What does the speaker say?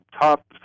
top